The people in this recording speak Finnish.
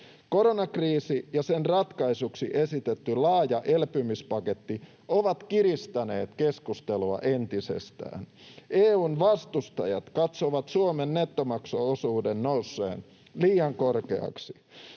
Koronakriisi ja sen ratkaisuksi esitetty laaja elpymispaketti ovat kiristäneet keskustelua entisestään. EU:n vastustajat katsovat Suomen nettomaksuosuuden nousseen liian korkeaksi.